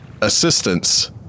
assistance